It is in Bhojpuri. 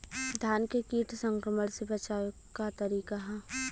धान के कीट संक्रमण से बचावे क का तरीका ह?